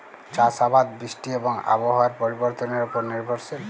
চাষ আবাদ বৃষ্টি এবং আবহাওয়ার পরিবর্তনের উপর নির্ভরশীল